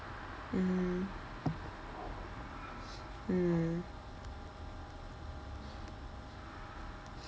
mm mm